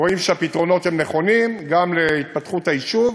רואים שהפתרונות הם נכונים גם להתפתחות היישוב,